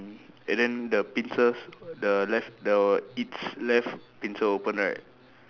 mm and then the pincers the left the its left pincer open right